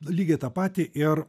lygiai tą patį ir